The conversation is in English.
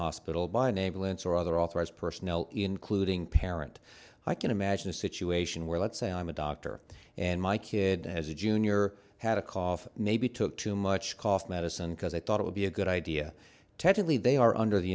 lintz or other authorized personnel including parent i can imagine a situation where let's say i'm a doctor and my kid has a junior had a cough maybe took too much cough medicine because i thought it would be a good idea technically they are under the